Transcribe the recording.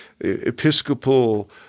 Episcopal